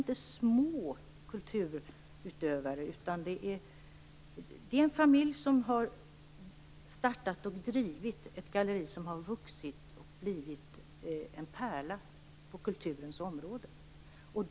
Det är en familj som har startat och som driver detta galleri, och det har vuxit och blivit en pärla på kulturens område.